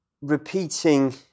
repeating